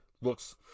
Looks